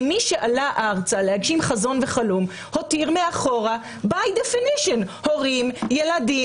מי שעלה ארצה להגשים חזון וחלום הותיר מאחור הורים או ילדים.